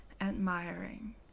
admiring